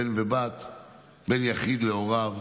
בן יחיד להוריו,